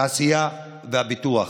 התעשייה והפיתוח,